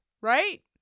right